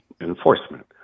enforcement